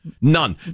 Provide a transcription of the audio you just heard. None